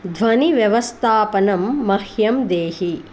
ध्वनिव्यवस्थापनं मह्यं देहि